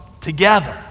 together